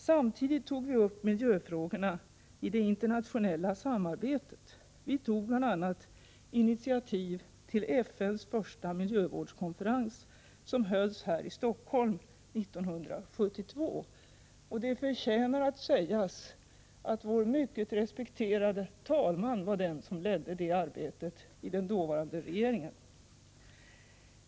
Samtidigt tog vi upp miljöfrågorna i det internationella samarbetet. Vi tog bl.a. initiativ till FN:s första miljövårdskonferens, som hölls här i Stockholm 1972. Det förtjänar att sägas att det var vår mycket respekterade talman som ledde det arbetet i den dåvarande regeringen.